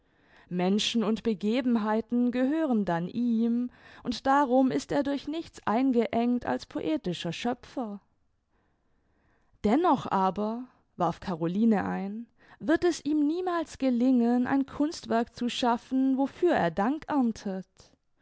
menschen und begebenheiten gehören dann ihm und darum ist er durch nichts eingeengt als poetischer schöpfer dennoch aber warf caroline ein wird es ihm niemals gelingen ein kunstwerk zu schaffen wofür er dank erntet